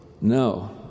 No